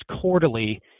quarterly